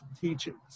teachings